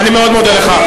אני מאוד מודה לך.